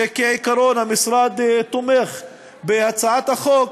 שכעיקרון תומך בהצעת החוק,